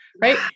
right